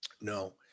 no